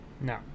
No